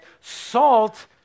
Salt